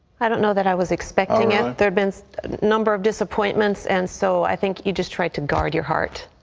i don't know that i was expecting in their bins the number of disappointments and so i think you just try to guard your heart.